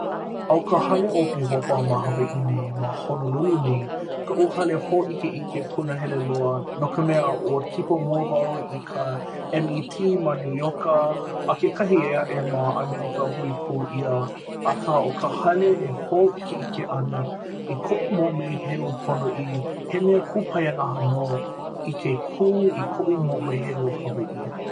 a, ʻo ka hale ʻo bihopa ma hawaiʻi nei ma honolulu nei kaʻu hale hōʻikeʻike punahele loa no ka mea ua kipa mua wau i ka MET ma nuioka a kekahi ʻē aʻe ma ʻamelika hui pū ʻia akā o ka hale e hōʻikeʻike ana i koʻu moʻomeheu ponoʻī he mea kūpaianaha nō i ke kū i koʻu moʻomeheu Hawaiʻi.